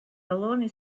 baloney